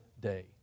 day